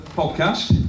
podcast